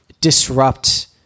disrupt